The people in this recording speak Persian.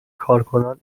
کارکنان